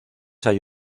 hay